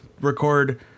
record